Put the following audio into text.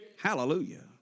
hallelujah